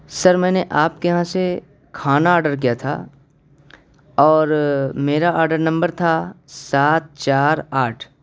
سر میں نے آپ کے یہاں سے کھانا آڈر کیا تھا اور میرا آڈر نمبر تھا سات چار آٹھ